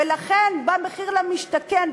ולכן במחיר למשתכן,